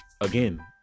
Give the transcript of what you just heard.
again